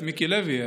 את מיקי לוי,